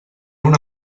una